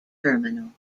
terminal